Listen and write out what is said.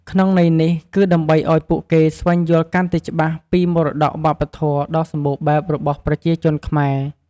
ក្នុងន័យនេះគឺដើម្បីអោយពួកគេស្វែងយល់កាន់តែច្បាស់ពីមរតកវប្បធម៌ដ៏សម្បូរបែបរបស់ប្រជាជនខ្មែរ។